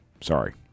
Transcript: sorry